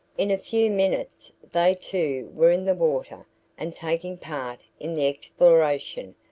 in a few minutes they too were in the water and taking part in the exploration,